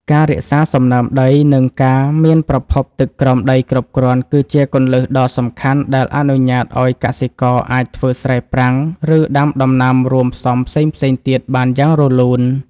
ការរក្សាសំណើមដី និងការមានប្រភពទឹកក្រោមដីគ្រប់គ្រាន់ គឺជាគន្លឹះដ៏សំខាន់ដែលអនុញ្ញាតឱ្យកសិករអាចធ្វើស្រែប្រាំង ឬដាំដំណាំរួមផ្សំផ្សេងៗទៀតបានយ៉ាងរលូន។